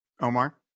omar